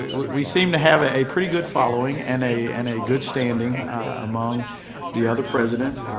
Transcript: we seem to have a pretty good following and a and a good standing among the other presidents.